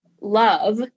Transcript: love